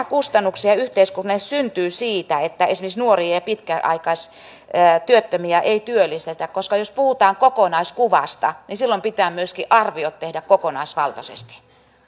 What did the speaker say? kustannuksia yhteiskunnalle syntyy siitä että esimerkiksi nuoria ja ja pitkäaikaistyöttömiä ei työllistetä jos puhutaan kokonaiskuvasta niin silloin pitää myöskin arviot tehdä kokonaisvaltaisesti